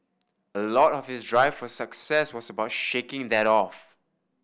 a lot of his drive for success was about shaking that off